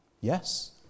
yes